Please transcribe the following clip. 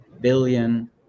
billion